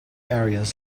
areas